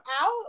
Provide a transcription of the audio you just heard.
out